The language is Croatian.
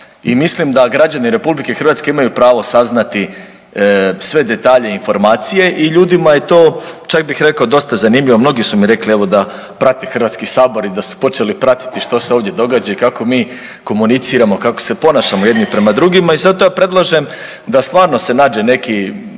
i mislim da građani RH imaju pravo saznati sve detalje, informacije i ljudima je to čak bih rekao dosta zanimljivo. Mnogi su mi rekli evo da prate Hrvatski sabor i da su počeli pratiti što se ovdje događa i kako mi komuniciramo, kako se ponašamo jedni prema drugima. I zato ja predlažem da stvarno se nađe neki